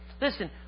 Listen